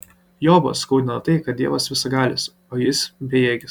jobą skaudina tai kad dievas visagalis o jis bejėgis